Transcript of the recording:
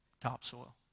topsoil